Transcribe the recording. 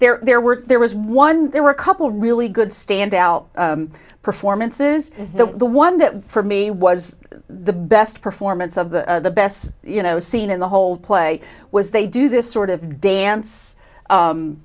there there were there was one there were a couple really good standout performances the one that for me was the best performance of the best you know scene in the whole play was they do this sort of dance